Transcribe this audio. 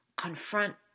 confront